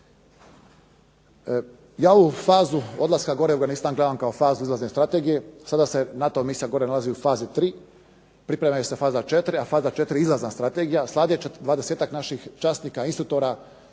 Ja ovu fazu odlaska gore u Afganistan gledam kao fazu izlazne strategije. Sada se NATO misija nalazi u fazi tri. Priprema se faza 4., a faza 4 je izlazna strategija. Sada je 20 naših časnika instruktora,